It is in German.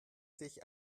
sich